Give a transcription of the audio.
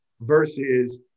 versus